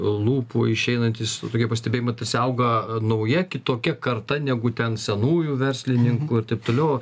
lūpų išeinantys tokie pastebėjimai tarsi auga nauja kitokia karta negu ten senųjų verslininkų ir taip toliau